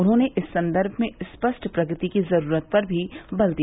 उन्होंने इस संदर्म में स्पष्ट प्रगति की ज़रूरत पर भी बल दिया